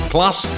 Plus